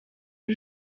iri